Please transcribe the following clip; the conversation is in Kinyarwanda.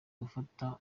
gufasha